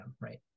right